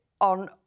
on